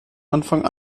anfang